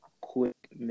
quick